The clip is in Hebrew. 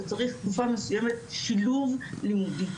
או צריך תקופה מסוימת שילוב לימודי,